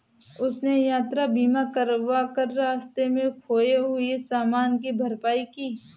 उसने यात्रा बीमा करवा कर रास्ते में खोए हुए सामान की भरपाई की